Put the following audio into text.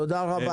תודה רבה.